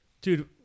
dude